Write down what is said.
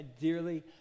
dearly